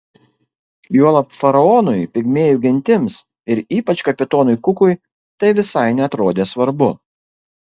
juolab faraonui pigmėjų gentims ir ypač kapitonui kukui tai visai neatrodė svarbu